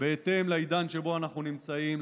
בהתאם לעידן שבו אנחנו נמצאים,